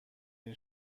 این